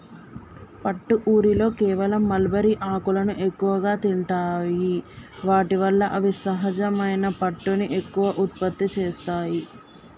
పట్టు ఊరిలో కేవలం మల్బరీ ఆకులను ఎక్కువగా తింటాయి వాటి వల్ల అవి సహజమైన పట్టుని ఎక్కువగా ఉత్పత్తి చేస్తాయి